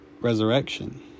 resurrection